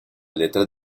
letras